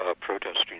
protesting